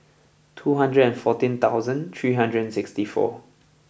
two hundred and fourteen thousand three hundred and sixty four